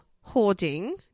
hoarding